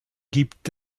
gibt